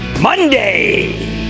Monday